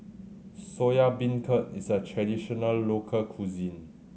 Soya Beancurd is a traditional local cuisine